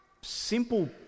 simple